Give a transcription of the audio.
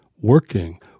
Working